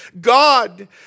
God